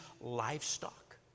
livestock